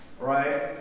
Right